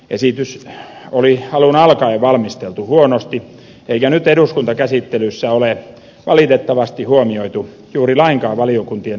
esitys oli alun alkaen valmisteltu huonosti eikä nyt eduskuntakäsittelyssä ole valitettavasti huomioitu juuri lainkaan valiokuntien antamia lausuntoja